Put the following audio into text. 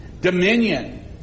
dominion